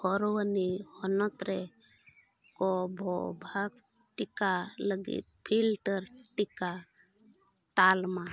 ᱵᱟᱨᱣᱟᱱᱤ ᱦᱚᱱᱚᱛᱨᱮ ᱠᱳᱵᱷᱳᱵᱷᱮᱠᱥ ᱴᱤᱠᱟᱹ ᱞᱟᱹᱜᱤᱫ ᱯᱷᱤᱞᱴᱟᱨ ᱴᱤᱠᱟᱹ ᱛᱟᱞᱢᱟ